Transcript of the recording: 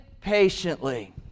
patiently